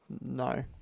No